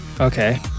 Okay